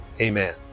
amen